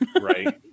right